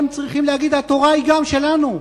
הם צריכים להגיד: התורה היא גם שלנו,